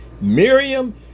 Miriam